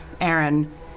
Aaron